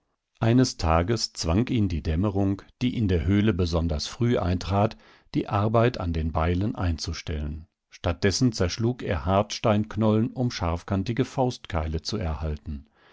eines tages zwang ihn die dämmerung die in der höhle besonders früh eintrat die arbeit an den beilen einzustellen statt dessen zerschlug er hartsteinknollen um scharfkantige faustkeile zu erhalten